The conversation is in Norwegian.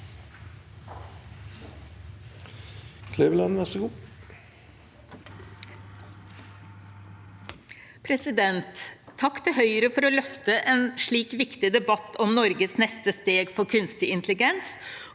Takk til Høyre for å løfte en slik viktig debatt om Norges neste steg for kunstig intelligens,